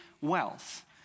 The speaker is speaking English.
wealth